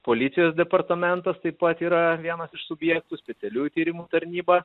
policijos departamentas taip pat yra vienas iš subjektų specialiųjų tyrimų tarnyba